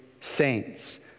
saints